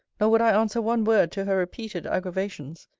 nor would i answer one word to her repeated aggravations,